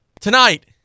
Tonight